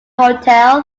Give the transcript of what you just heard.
hotel